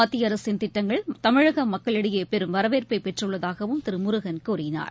மத்திய அரசின் திட்டங்கள் தமிழக மக்களிடையே பெரும் வரவேற்பை பெற்றுள்ளதாகவும் திரு முருகன் கூறினார்